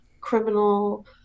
criminal